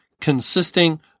consisting